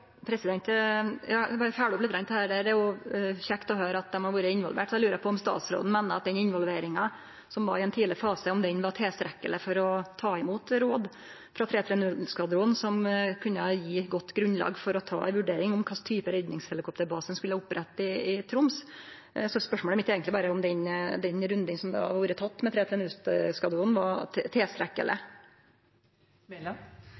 Eg skal berre følgje opp dette litt. Det er jo kjekt å høyre at dei har vore involverte. Eg lurer på om statsråden meiner at den involveringa som var i ein tidleg fase, var tilstrekkeleg for å ta imot råd frå 330-skvadronen, som kunne gje eit godt grunnlag for å ta ei vurdering av kva slags type redningshelikopterbase ein skulle opprette i Troms. Så spørsmålet mitt er eigentleg berre om den runden som har vore teke med 330-skvadronen, var tilstrekkeleg. Jeg føler at representanten her legger til